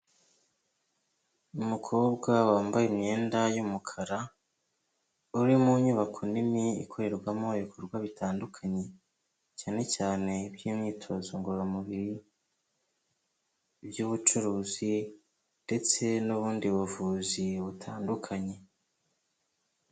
Umukobwa wambaye imyenda y'umukara uri mu nyubako nini ikorerwamo ibikorwa bitandukanye cyane cyane by'imyitozo ngororamubiri by'ubucuruzi ndetse n'ubundi buvuzi butandukanye.